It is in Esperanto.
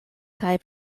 kaj